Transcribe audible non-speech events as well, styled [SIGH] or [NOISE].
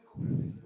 [BREATH]